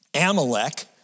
Amalek